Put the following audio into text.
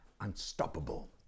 unstoppable